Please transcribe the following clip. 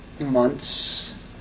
months